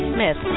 Smith